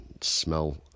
smell